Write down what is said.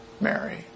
Mary